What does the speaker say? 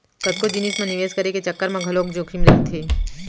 कतको जिनिस म निवेस करे के चक्कर म घलोक जोखिम रहिथे